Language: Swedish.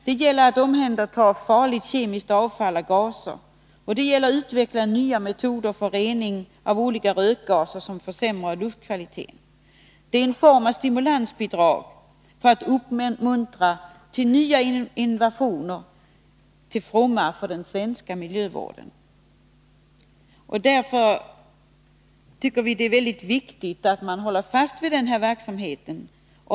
Det gäller att omhänderta farligt kemiskt avfall och gaser. Det gäller att utveckla nya metoder för rening av olika rökgaser som försämrar luftkvaliteten. Det gäller att få en form av stimulansbidrag för att uppmuntra till nya innovationer till fromma för den svenska miljövården. Därför tycker vi att det är väldigt viktigt att man håller fast vid denna verksamhet.